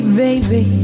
baby